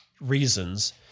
reasons